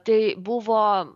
tai buvo